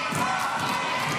בושה.